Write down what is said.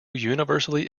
universally